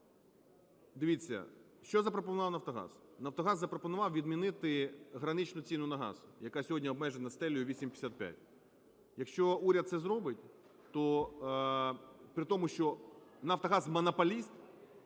Дивіться, що запропонував "Нафтогаз"? "Нафтогаз" запропонував відмінити граничну ціну на газ, яка сьогодні обмежена стелею 8,55. Якщо уряд це зробить, то при тому, що "Нафтогаз" – монополіст,